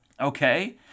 Okay